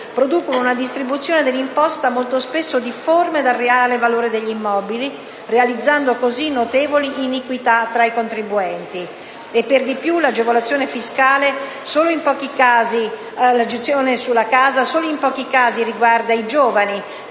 producono una distribuzione dell'imposta molto spesso difforme dal reale valore degli immobili, realizzando così notevoli iniquità tra i contribuenti. Per di più, solo in pochi casi l'agevolazione fiscale sulla casa riguarda i giovani,